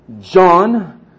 John